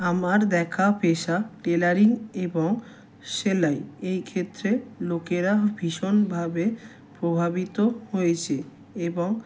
আমার দেখা পেশা টেলারিং এবং সেলাই এই ক্ষেত্রে লোকেরা ভীষণভাবে প্রভাবিত হয়েছে এবং